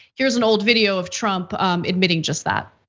here's an old video of trump admitting just that.